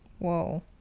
Whoa